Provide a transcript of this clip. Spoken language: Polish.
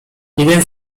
jeden